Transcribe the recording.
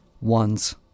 Ones